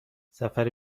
سفر